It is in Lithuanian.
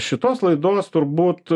šitos laidos turbūt